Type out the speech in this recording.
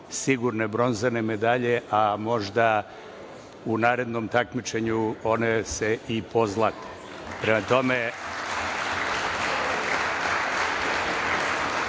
sigurne bronzane medalje, a možda u narednom takmičenju one se i pozlate. Prema tome,